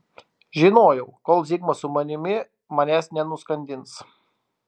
žinojau kol zigmas su manimi manęs nenuskandins